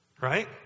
right